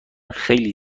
خیلی